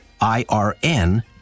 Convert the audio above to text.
I-R-N